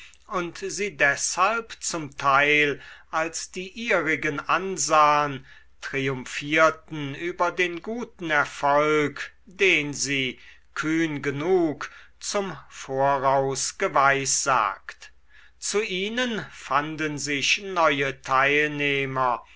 und sie deshalb zum teil als die ihrigen ansahen triumphierten über den guten erfolg den sie kühn genug zum voraus geweissagt zu ihnen fanden sich neue teilnehmer